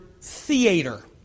theater